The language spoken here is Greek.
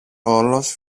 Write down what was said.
όλος